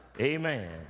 Amen